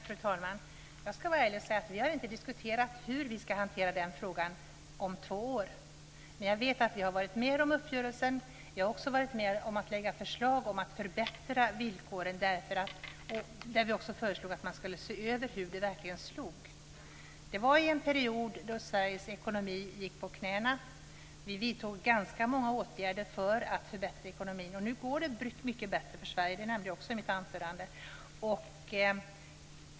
Fru talman! Jag ska vara ärlig och säga att vi inte har diskuterat hur vi ska hantera den frågan om två år. Men jag vet att vi har varit med om uppgörelsen. Vi har också varit med om att lägga fram förslag om att förbättra villkoren. Där föreslog vi också att man skulle se över hur det verkligen slog. Det var en period då Sveriges ekonomi gick på knäna. Vi vidtog ganska många åtgärder för att förbättra ekonomin. Nu går det mycket bättre för Sverige. Det nämnde jag också i mitt anförande.